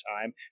time